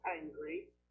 angry